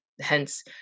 hence